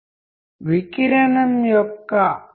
మనము తరువాతి సమయంలో దానిని వివరంగా చర్చిస్తాము